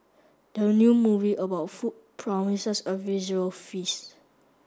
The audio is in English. the new movie about food promises a visual feast